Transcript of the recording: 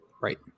Right